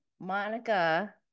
Monica